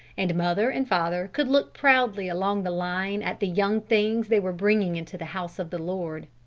and mother and father could look proudly along the line at the young things they were bringing into the house of the lord.